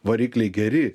varikliai geri